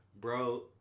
Bro